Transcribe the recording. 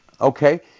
Okay